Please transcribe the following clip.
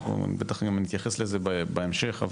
אנחנו בטח נתייחס לזה בהמשך,